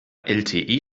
lte